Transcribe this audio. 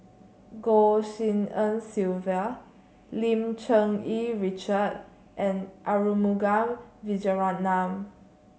Goh Tshin En Sylvia Lim Cherng Yih Richard and Arumugam Vijiaratnam